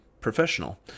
professional